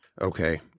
Okay